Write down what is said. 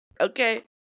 okay